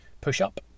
push-up